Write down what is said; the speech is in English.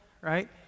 right